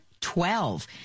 twelve